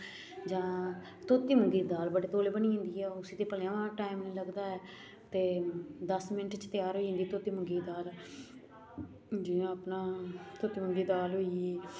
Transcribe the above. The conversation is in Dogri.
जां धोती मुगी दी दाल बड़े तौले बनी जंदी ऐ उसी ते भलेआं टाइम नि लगदा ऐ ते दस मिंट्ट च त्यार होई जंदी धोती मुंगी दी दाल जि'यां अपना धोती मुंगी दी दाल होई गेई